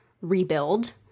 rebuild